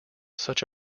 such